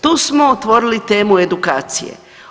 Tu smo otvorili temu edukacije.